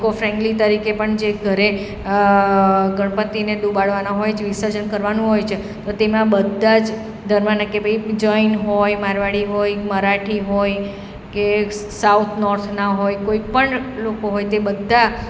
eco friendly તરીકે પણ જે ઘરે ગણપતિને ડૂબાડવાના હોય છે વિસર્જન કરવાનું હોય છે તો તેમાં બધા જ ધર્મના કે ભાઈ જૈન હોય મારવાડી હોય મરાઠી હોય કે સ સ સાઉથ નૉર્થના હોય કોઈ પણ લોકો હોય તે બધા